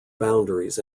boundaries